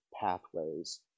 pathways